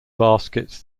baskets